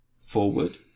forward